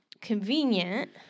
convenient